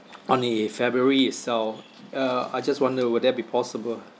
on the february itself uh I just wonder would that be possible